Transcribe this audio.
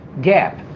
gap